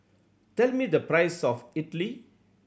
tell me the price of Idili